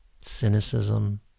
cynicism